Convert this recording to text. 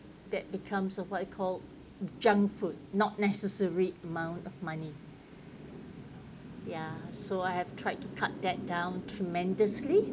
that becomes of what you called junk food not necessary amount of money ya so I have tried to cut that down tremendously